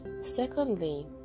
Secondly